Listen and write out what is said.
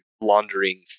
laundering